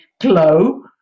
glow